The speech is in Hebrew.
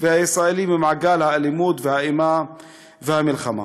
והישראלים ממעגל האלימות והאימה והמלחמה.